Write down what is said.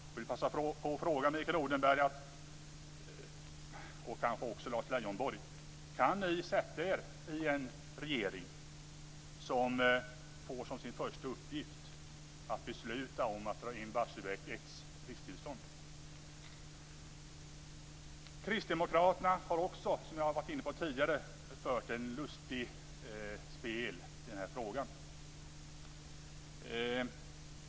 Jag vill passa på att fråga Mikael Odenberg och kanske också Lars Leijonborg: Kan ni sätta er i en regering som får som sin första uppgift att besluta om att dra in drifttillståndet för Barsebäck 1? Kristdemokraterna har också, som jag har varit inne på tidigare, fört ett lustigt spel i den här frågan.